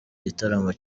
gitaramo